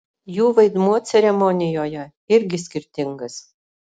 jų vaidmuo ceremonijoje irgi skirtingas